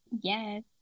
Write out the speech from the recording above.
Yes